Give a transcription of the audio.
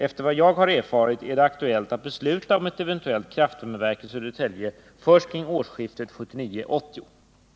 Efter vad jag har erfarit är det aktuellt att besluta om ett eventuellt kraftvärmeverk i Södertälje först kring årsskiftet 1979-1980.